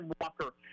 Walker